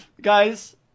Guys